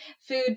food